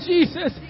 Jesus